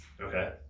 Okay